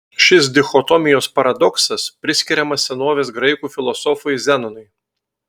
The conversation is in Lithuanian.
šis dichotomijos paradoksas priskiriamas senovės graikų filosofui zenonui